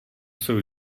jsou